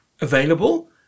available